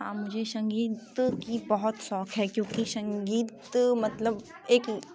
हाँ मुझे संगीत की बहुत शौक है क्योंकि संगीत मतलब एक